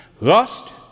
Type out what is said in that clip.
lust